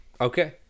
Okay